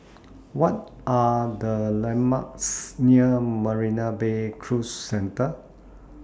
What Are The landmarks near Marina Bay Cruise Centre